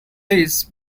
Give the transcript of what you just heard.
this